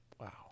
Wow